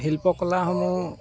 শিল্পকলাসমূহ